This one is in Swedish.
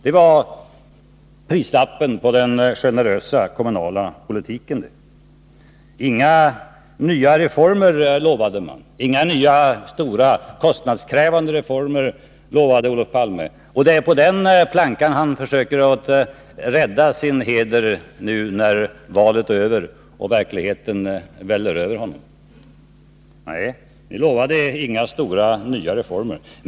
Det var prislappen på den generösa kommunala politiken. Inga nya, stora kostnadskrävande reformer lovade Olof Palme, och det är på den plankan han försöker rädda sin heder nu när valet är slut och verkligheten väller över honom. Nej, ni lovade inga stora, nya reformer.